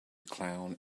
clown